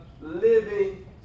living